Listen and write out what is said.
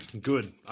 Good